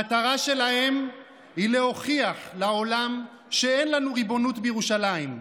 המטרה שלהם היא להוכיח לעולם שאין לנו ריבונות בירושלים,